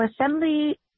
Assembly